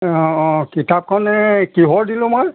অ কিতাপখনে কিহৰ দিলোঁ মই